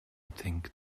think